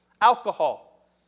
alcohol